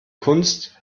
kunst